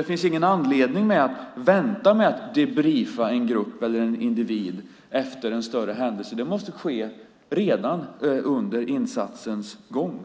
Det finns alltså ingen anledning att vänta med att debriefa en grupp eller individ efter en större händelse, utan det måste ske redan under insatsens gång.